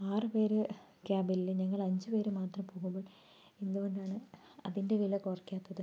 ആറുപേരുടെ ക്യാബിൽ ഞങ്ങൾ അഞ്ചു പേർ മാത്രമേ പോകൂളളു എന്തുകൊണ്ടാണ് അതിൻ്റെ വില കുറയ്ക്കാത്തത്